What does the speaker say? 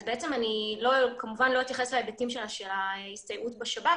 אז בעצם אני כמובן לא אתייחס להיבטים של ההסתייעות בשב"כ,